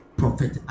prophet